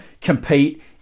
compete